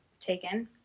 taken